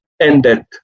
ended